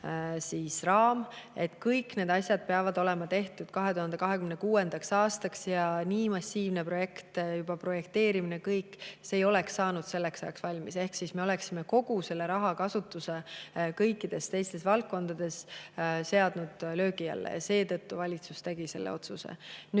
raam, et kõik need asjad peavad olema tehtud 2026. aastaks. Nii massiivne projekt, juba projekteerimine ja kõik, ei oleks saanud selleks ajaks valmis ehk siis me oleksime kogu selle rahakasutuse kõikides teistes valdkondades seadnud löögi alla. Seetõttu tegi valitsus selle otsuse. Nüüd,